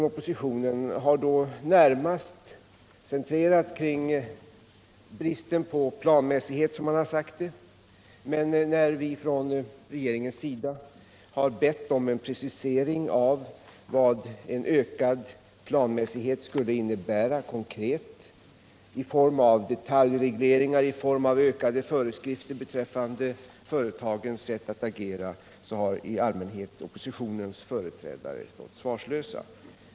Oppositionens kritik har då närmast centrerats kring bristen på planmässighet, som det hetat, men när vi från regeringens sida har bett om en precisering av vad en ökad planmässighet skulle innebära konkret i form av detaljregleringar och fler föreskrifter beträffande företagens sätt att agera har oppositionens företrädare i allmänhet stått svarslösa.